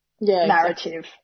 narrative